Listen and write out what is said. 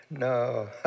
No